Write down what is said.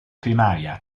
primaria